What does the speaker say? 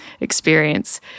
experience